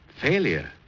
Failure